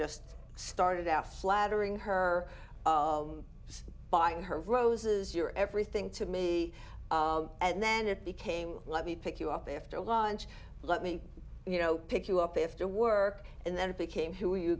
just started out flattering her buying her roses you're everything to me and then it became let me pick you up after launch let me you know pick you up after work and then it became who